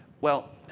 well,